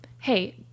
hey